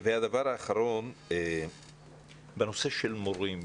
הדבר האחרון בנושא של מורים.